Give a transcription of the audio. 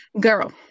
girl